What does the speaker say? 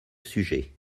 sujet